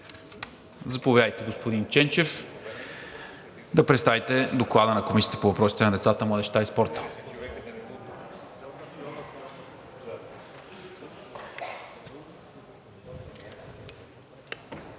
Заповядайте, господин Ченчев, да представите Доклада на Комисията по въпросите на децата, младежта и спорта.